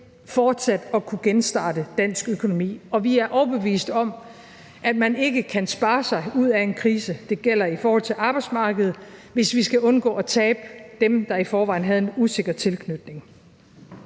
fortsat at kunne genstarte dansk økonomi, og vi er overbeviste om, at man ikke kan spare sig ud af en krise. Det gælder i forhold til arbejdsmarkedet, hvis vi skal undgå at tabe dem, der i forvejen har en usikker tilknytning.